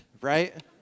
right